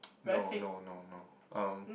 no no no no um